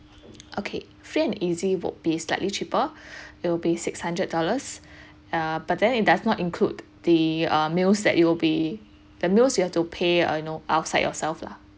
okay free and easy workplace slightly cheaper it'll be six hundred dollars uh but then it does not include the err meals that it will be the meals you have to pay err you know outside yourself lah